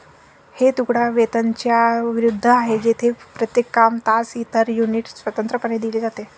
हे तुकडा वेतनाच्या विरुद्ध आहे, जेथे प्रत्येक काम, तास, इतर युनिट स्वतंत्रपणे दिले जाते